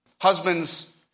Husbands